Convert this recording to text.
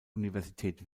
universität